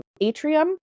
atrium